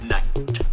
Night